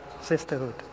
sisterhood